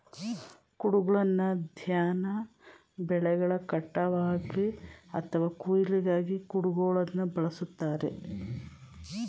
ಕುಡುಗ್ಲನ್ನ ಧಾನ್ಯ ಬೆಳೆಗಳ ಕಟಾವ್ಗಾಗಿ ಅಥವಾ ಕೊಯ್ಲಿಗಾಗಿ ಕುಡುಗೋಲನ್ನ ಬಳುಸ್ತಾರೆ